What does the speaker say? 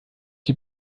die